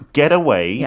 getaway